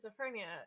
schizophrenia